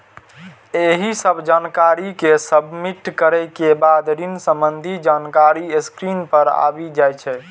एहि सब जानकारी कें सबमिट करै के बाद ऋण संबंधी जानकारी स्क्रीन पर आबि जाइ छै